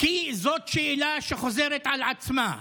כי זאת שאלה שחוזרת על עצמה.